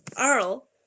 Earl